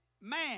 man